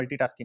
multitasking